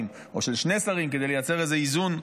או של שני שרים כדי לייצר איזה איזון,